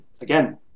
again